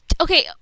okay